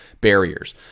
barriers